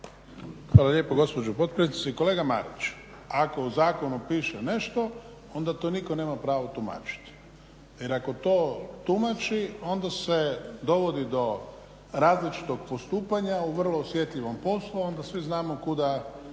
Hvala lijepo gospođo potpredsjednice. Kolega Marić, ako u zakonu piše nešto onda to nitko nema pravo tumačiti jer ako to tumači onda se dovodi do različitog postupanja u vrlo osjetljivom poslu, onda svi znamo kuda